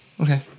Okay